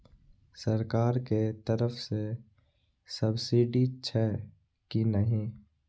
सरकार के तरफ से सब्सीडी छै कि नहिं?